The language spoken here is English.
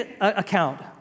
account